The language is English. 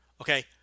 Okay